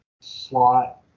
slot